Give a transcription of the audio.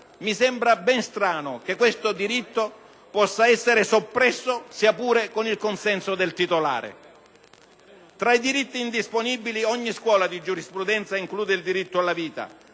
mi sembra ben strano che questo diritto possa essere soppresso, sia pure con il consenso del titolare. Tra i diritti indisponibili ogni scuola di giurisprudenza include il diritto alla vita